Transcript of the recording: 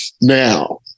Now